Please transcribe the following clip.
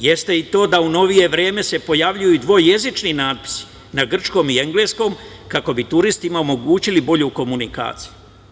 Jeste i to da u novije vreme se pojavljuju i dvojezični natpisi na grčkom i engleskom kako bi turistima omogućili bolju komunikaciju.